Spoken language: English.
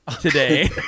Today